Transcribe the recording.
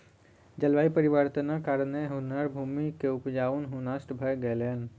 जलवायु परिवर्तनक कारणेँ हुनकर भूमि के उपजाऊपन नष्ट भ गेलैन